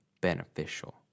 beneficial